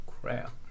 crap